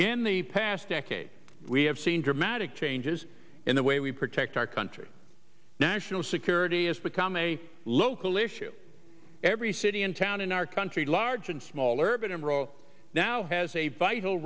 in the past decade we have seen dramatic changes in the way we protect our country national security has become a local issue every city and town in our country large and small are been a role now has a vital